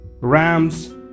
rams